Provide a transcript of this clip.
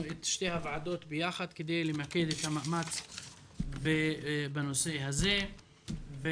יחד את שתי הוועדות כדי למקד את המאמץ בנושא הזה.